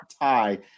tie